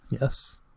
Yes